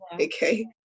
okay